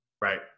Right